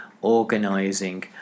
organising